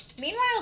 Meanwhile